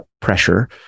pressure